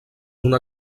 una